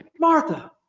Martha